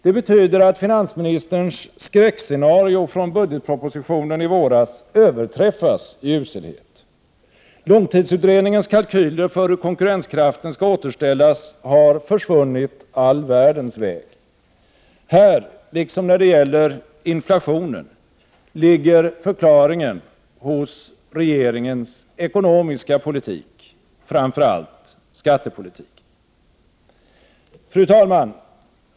Det betyder att finansministerns skräckscenario från budgetpropositionen i våras överträffas i uselhet. Långtidsutredningens kalkyler för hur konkurrenskraften skall återställas har försvunnit all världens väg. Här - liksom när det gäller inflationen — ligger förklaringen hos regeringens ekonomiska politik, framför allt skattepolitiken. Fru talman!